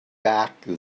back